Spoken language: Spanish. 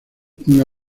una